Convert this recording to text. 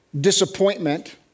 disappointment